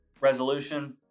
resolution